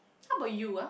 how about you ah